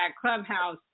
Clubhouse